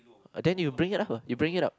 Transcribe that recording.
then you bring it upper you bring it up